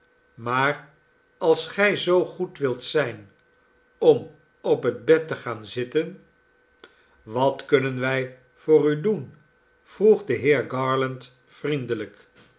maar als gij zoo goed wilt zijn om op het bed te gaan zitten wat kunnen wij voor u doen vroeg de heer garland vriendelijk